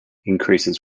increases